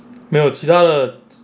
没有其他的